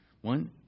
One